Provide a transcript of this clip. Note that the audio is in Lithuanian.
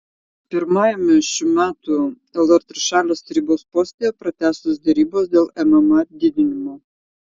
pirmajame šių metų lr trišalės tarybos posėdyje pratęstos derybos dėl mma didinimo